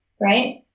right